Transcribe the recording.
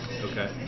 Okay